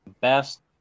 Best